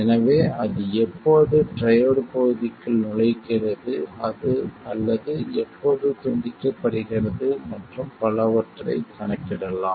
எனவே அது எப்போது ட்ரையோட் பகுதியில் நுழைகிறது அல்லது எப்போது துண்டிக்கப்படுகிறது மற்றும் பலவற்றைக் கணக்கிடலாம்